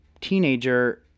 teenager